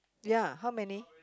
ya how many